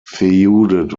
feuded